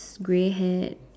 grey haired